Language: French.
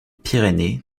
pyrénées